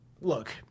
look